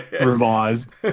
Revised